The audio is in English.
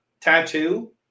tattoo